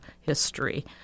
history